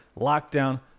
lockdown